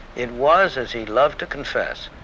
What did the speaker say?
it was, as he loved to confess,